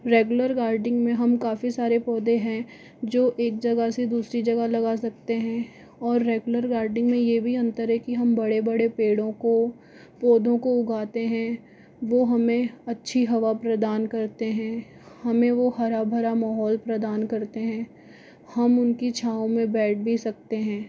regular gardening में हम काफी सारे पौधे हैं जो एक जगह से दूसरी जगह लगा सकते हैं और रेगुलर गार्डिंग में यह भी अंतर है कि हम बड़े बड़े पेड़ों को पौधों को उगाते हैं वह हमें अच्छी हवा प्रदान करते हैं हमें वो हरा भरा माहौल प्रदान करते हैं हम उनकी छाँव में बैठ भी सकते हैं